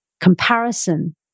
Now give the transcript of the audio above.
Comparison